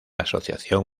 asociación